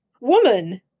woman